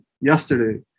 yesterday